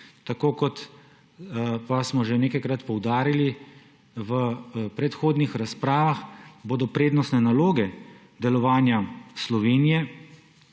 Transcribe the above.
2024. Kot pa smo že nekajkrat poudarili v predhodnih razpravah, bodo prednostne naloge delovanja Slovenije